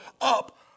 up